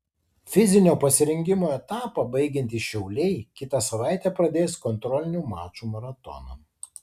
fizinio pasirengimo etapą baigiantys šiauliai kitą savaitę pradės kontrolinių mačų maratoną